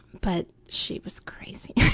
but, she was crazy